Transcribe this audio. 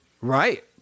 Right